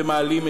ומעלים,